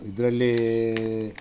ಇದ್ರಲ್ಲಿ